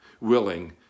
willing